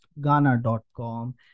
Ghana.com